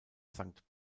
sankt